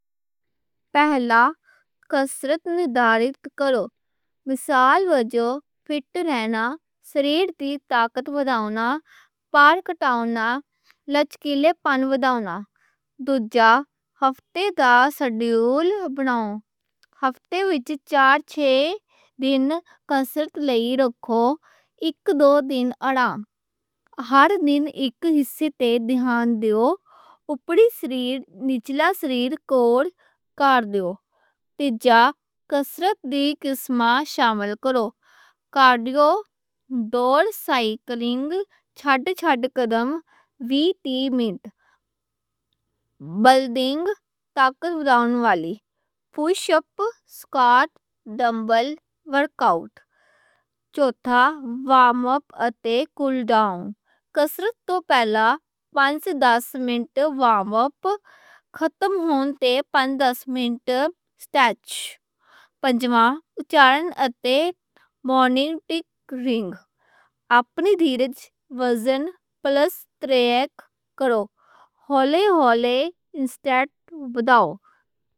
پہلا، کسرت لئی مقصد طے کرو۔ مثالاں: فِٹ رہنا، سریر تے طاقت ودھاؤنا، فیٹ گھٹاؤنا، لچکیلا پَن ودھاؤنا۔ دوجھا، ہفتے دا شیڈیول بناؤ۔ ہفتے وچ چار-چھے دن کسرت لئی رکھو، اک-دو دن آرام۔ ہر دن اک حصے تے دھیان دیو: اُپری سریر، نِچلا سریر، کور۔ تیجا، کسرت دیاں قسمہ مِکس کر کے شامل کرو: کارڈیو—دوڑ، سائیکلنگ—تے سٹرینتھ بلڈنگ—پُش اَپ، سکواٹ، ڈمبل—ورک آؤٹ۔ چوٹھا، وارم اَپ اتے کول ڈاؤن۔ کسرت توں پہلا پنج توں دس منٹ وارم اَپ، ختم ہون تے پنج دس منٹ سٹریچنگ۔ پنجواں، اِنٹینسٹی اتے مانیٹرنگ ٹھیک رکھو۔ اپنے وزن تے لیول نوں بیلنس رکھ کے سٹریچ کرو، ہولے ہولے اِنٹینسٹی ودھاؤ۔